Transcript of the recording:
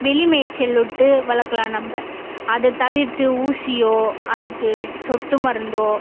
வெளி மேய்ச்சல் விட்டு வளர்க்கலாம் நம்ம அது தவிர்த்து ஊசியோ அதுக்கு சொட்டு மருந்தோ